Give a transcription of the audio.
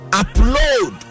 upload